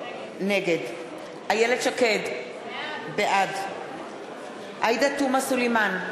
נגד איילת שקד, בעד עאידה תומא סלימאן,